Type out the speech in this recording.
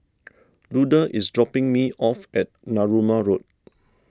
Luda is dropping me off at Narooma Road